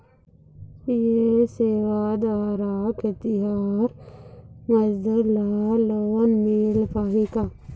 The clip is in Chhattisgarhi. ये सेवा द्वारा खेतीहर मजदूर ला लोन मिल पाही का?